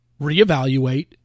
reevaluate